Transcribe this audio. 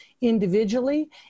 individually